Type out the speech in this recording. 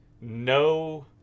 no